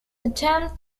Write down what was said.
attempted